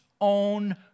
own